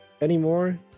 anymore